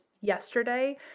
yesterday